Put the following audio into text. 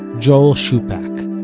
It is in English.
joel shupack.